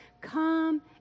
come